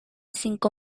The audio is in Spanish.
cinco